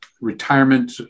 retirement